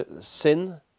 Sin